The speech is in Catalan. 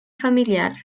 familiar